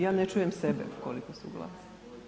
Ja ne čujem sebe koliko su glasni.